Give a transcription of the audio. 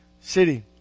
city